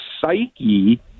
psyche